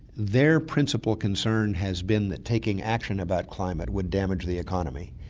their principal concern has been that taking action about climate would damage the economy,